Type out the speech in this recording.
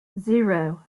zero